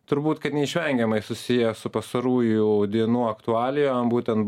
turbūt kad neišvengiamai susijęs su pastarųjų dienų aktualija būtent